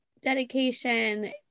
Dedication